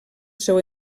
seu